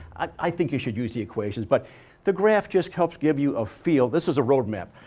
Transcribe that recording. i think you should use the equations, but the graph just helps give you a feel. this is a road map.